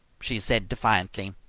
she said defiantly.